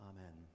Amen